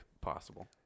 possible